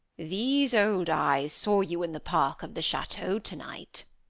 these old eyes saw you in the park of the chateau tonight.